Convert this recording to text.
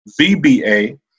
VBA